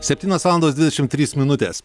septynios valandos dvidešimt trys minutės